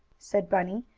said bunny,